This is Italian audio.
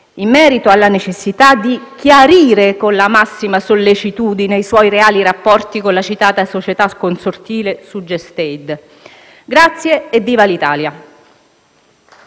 in merito alla necessità di chiarire con la massima sollecitudine i reali rapporti con la citata società consortile SudGest Aid. Grazie e viva l'Italia.